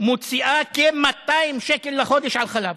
מוציאה כ-200 שקל לחודש על חלב.